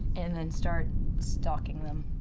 and then start stalking them.